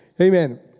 Amen